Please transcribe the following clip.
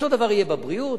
אותו דבר יהיה בבריאות,